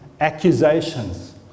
accusations